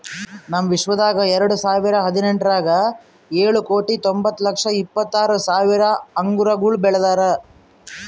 ನಮ್ ವಿಶ್ವದಾಗ್ ಎರಡು ಸಾವಿರ ಹದಿನೆಂಟರಾಗ್ ಏಳು ಕೋಟಿ ತೊಂಬತ್ತು ಲಕ್ಷ ಇಪ್ಪತ್ತು ಆರು ಸಾವಿರ ಅಂಗುರಗೊಳ್ ಬೆಳದಾರ್